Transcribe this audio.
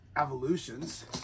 evolutions